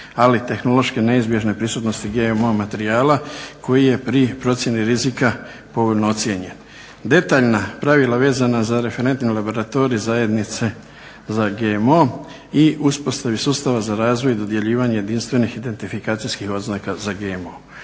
ali tehnološki neizbježne prisutnosti GMO materijala koji je pri procjeni rizika povoljno ocijenjen, detaljna pravila vezana za referentni laboratorij zajednice za GMO i uspostavi sustava za razvoj i dodjeljivanje jedinstvenih identifikacijskih oznaka za GMO.